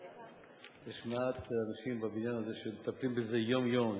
יש מעט אנשים בבניין הזה שמטפלים בזה יום-יום,